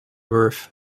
wirth